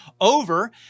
over